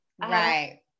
right